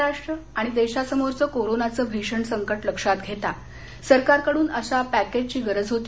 महाराष्ट्र आणि देशासमारचं कोरोनाचं भीषण संकट लक्षात घेता केंद्र सरकारकडून अशा पॅकेजची गरज होती